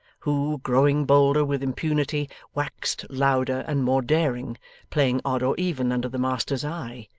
who, growing bolder with impunity, waxed louder and more daring playing odd-or-even under the master's eye,